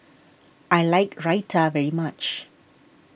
I like Raita very much